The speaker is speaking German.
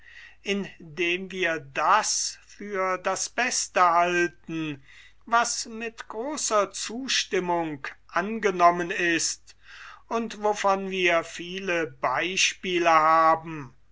indem wir das für das beste halten was mit großer zustimmung angenommen ist und wovon wir viele beispiele haben